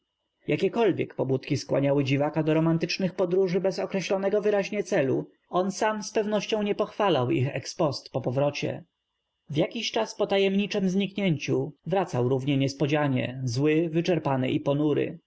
iek pobudki skłaniały dziw aka do rom antycznych podróży bez określonego w y raźnie celu on sam z pew nością nie pochw alał ich ex post po pow rocie w jakiś czas po tajem niczem zniknięciu w racał rów nie niespodzianie zły w yczerpany i ponury